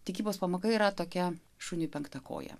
tikybos pamoka yra tokia šuniui penkta koja